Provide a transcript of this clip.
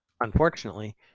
Unfortunately